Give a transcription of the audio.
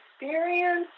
experience